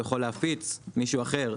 הוא יכול להפיץ מישהו אחר,